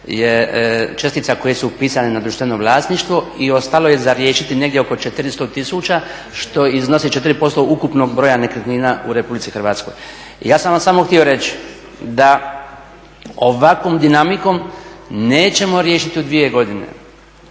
je čestica koje su upisane na društveno vlasništvo i ostalo je za riješiti negdje oko 400 tisuća što iznosi 4% ukupnog broja nekretnina u RH. Ja sam vam samo htio reći da ovakvom dinamikom nećemo riješiti u dvije godine.